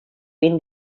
been